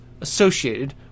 associated